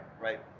Right